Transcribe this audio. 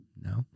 No